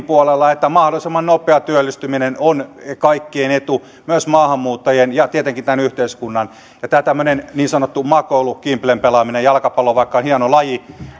puolella että mahdollisimman nopea työllistyminen on kaikkien etu myös maahanmuuttajien ja tietenkin tämän yhteiskunnan ja tämä tämmöinen niin sanottu makoilu kimblen pelaaminen jalkapallo vaikka on hieno laji